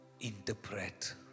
interpret